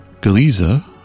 Galiza